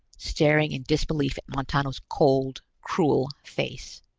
staring in disbelief at montano's cold, cruel face.